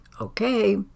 Okay